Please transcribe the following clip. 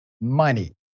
money